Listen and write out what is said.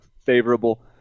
favorable